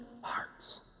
hearts